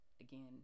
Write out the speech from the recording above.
again